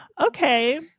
Okay